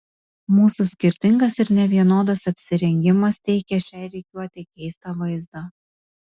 mūsų skirtingas ir nevienodas apsirengimas teikė šiai rikiuotei keistą vaizdą